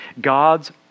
God's